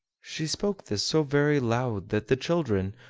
she spoke this so very loud that the children,